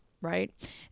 right